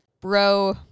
bro